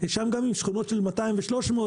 שם גם בשכונות של 200 ו-300,